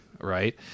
Right